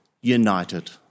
united